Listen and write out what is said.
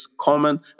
common